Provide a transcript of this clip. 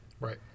Right